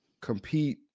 compete